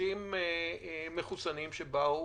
לאנשים מחוסנים שבאו